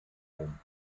rom